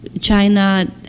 China